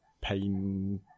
Pain